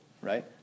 right